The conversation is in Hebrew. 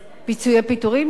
פיצויי הפיטורים שלהם.